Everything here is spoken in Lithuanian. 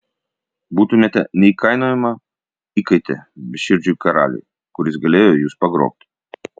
būtumėte neįkainojama įkaitė beširdžiui karaliui kuris galėjo jus pagrobti